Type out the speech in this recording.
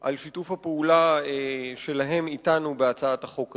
על שיתוף הפעולה שלהם אתנו בהצעת החוק הזו.